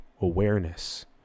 awareness